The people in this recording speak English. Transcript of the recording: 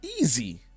easy